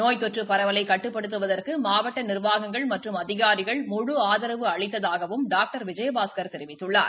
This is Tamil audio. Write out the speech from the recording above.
நோய் தொற்று பரவலை கட்டுப்படுத்துவதற்கு மாவட்ட நி்வாகங்கள் மற்றும் அதிகாரிகள் முழு ஆதரவு அளித்ததாகவும் டாக்டர் விஜயபாஸ்கர் தெரிவித்துள்ளார்